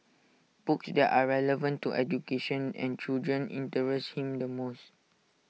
books that are relevant to education and children interest him the most